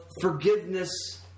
forgiveness